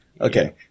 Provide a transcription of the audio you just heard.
Okay